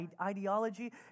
ideology